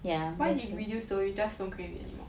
why did you reduce though you just don't crave it anymore